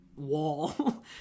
Wall